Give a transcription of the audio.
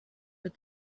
but